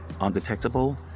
undetectable